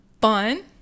fun